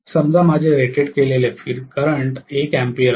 समजा माझे रेटेड केलेले फील्ड करंट 1 अँपिअर आहे